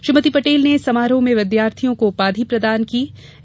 श्रीमती पटेल ने समारोह में विद्यार्थियों को उपाधि प्रदान कीं